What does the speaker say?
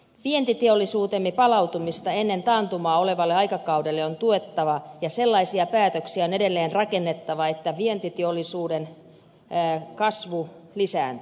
vientiteollisuutemme palautumista ennen taantumaa olevalle aikakaudelle on tuettava ja sellaisia päätöksiä on edelleen rakennettava että vientiteollisuuden kasvu lisääntyy